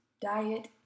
diet